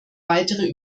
weitere